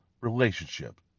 relationship